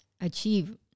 achieve